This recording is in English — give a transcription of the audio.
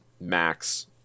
max